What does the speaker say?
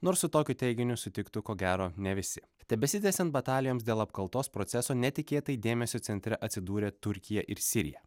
nors su tokiu teiginiu sutiktų ko gero ne visi tebesitęsiant batalijoms dėl apkaltos proceso netikėtai dėmesio centre atsidūrė turkija ir sirija